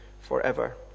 forever